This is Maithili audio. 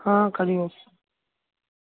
हँ कभीओ